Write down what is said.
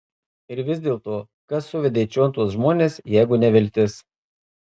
ir vis dėlto kas suvedė čion tuos žmones jeigu ne viltis